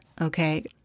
okay